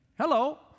Hello